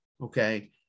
okay